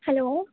hello